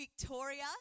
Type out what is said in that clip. Victoria